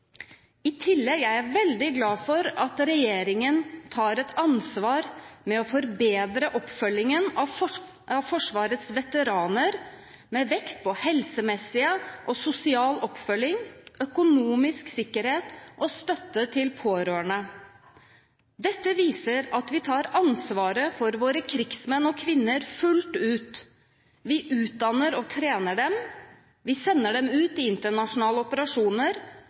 I tillegg er jeg veldig glad for at regjeringen tar et ansvar gjennom å forbedre oppfølgingen av Forsvarets veteraner med vekt på helsemessig og sosial oppfølging, økonomisk sikkerhet og støtte til pårørende. Dette viser at vi tar ansvaret for våre krigsmenn og -kvinner fullt ut. Vi utdanner og trener dem, vi sender dem ut i internasjonale operasjoner,